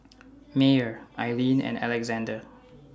Meyer Ilene and Alexande